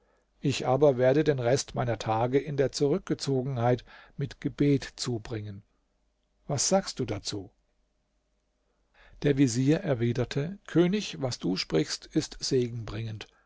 ich aber werde den rest meiner tage in der zurückgezogenheit mit gebet zubringen was sagst du dazu der vezier erwiderte könig was du sprichst ist segen bringend